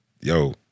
yo